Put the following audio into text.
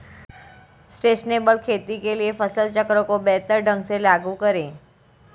sustainable खेती के लिए फसल चक्र को बेहतर ढंग से लागू करें